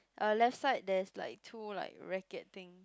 uh left side there's like two like racket thing